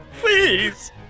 Please